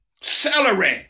Celery